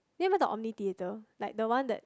do you remember the Omni Theatre like the one that